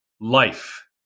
life